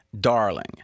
darling